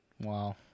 Wow